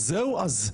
לגמרי.